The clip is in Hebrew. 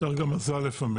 צריך גם מזל לפעמים.